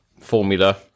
formula